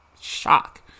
Shock